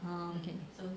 um okay